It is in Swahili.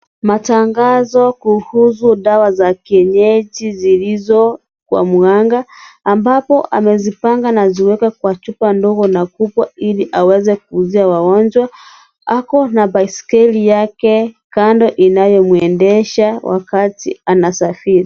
Matangazo kuhusu dawa za kienyeji zilizo kwa mganga. Ambapo amezipanga na kuweka kwa chupa ndogo na kubwa Ili aweze kuuzia wagonjwa. Ako na baiskeli yake kando inayo muendesha wakati anasafiri.